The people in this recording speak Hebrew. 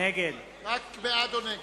רק בעד או נגד.